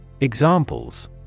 Examples